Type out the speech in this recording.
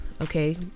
okay